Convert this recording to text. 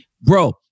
bro